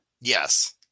Yes